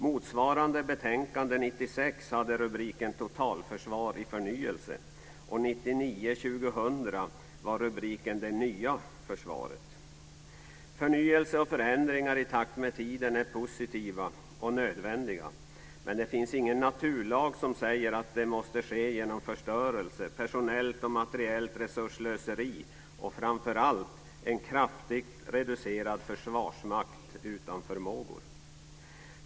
Motsvarande betänkande 1996 hade rubriken Förnyelse och förändringar i takt med tiden är positiva och nödvändiga. Men det finns ingen naturlag som säger att det måste ske genom förstörelse, personellt och materiellt resursslöseri och framför allt en kraftigt reducerad försvarsmakt utan förmågor.